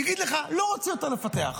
יגיד לך: לא רוצה יותר לפתח.